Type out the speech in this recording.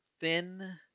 thin